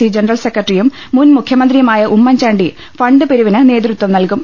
C general സെക്ര ട്ടറിയും മുൻ മുഖ്യമന്ത്രിയുമായ Oommen Chandy fund പിരിവിന് നേതൃത്വം നൽകും